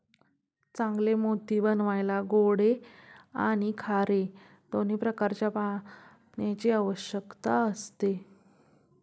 चांगले मोती बनवायला गोडे आणि खारे दोन्ही प्रकारच्या पाण्याची आवश्यकता असते